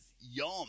yum